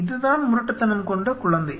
இது தான் முரட்டுத்தனம் கொண்ட குழந்தை